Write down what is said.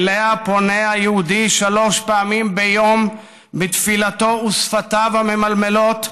שאליה פונה היהודי שלוש פעמים ביום בתפילתו ושפתיו ממלמלות: